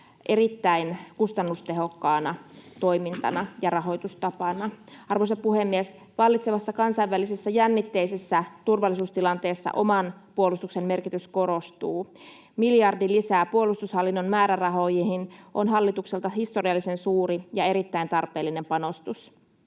erittäin kustannustehokkaana toimintana ja rahoitustapana. Arvoisa puhemies! Vallitsevassa kansainvälisessä jännitteisessä turvallisuustilanteessa oman puolustuksen merkitys korostuu. Miljardi lisää puolustushallinnon määrärahoihin on hallitukselta historiallisen suuri ja erittäin tarpeellinen panostus.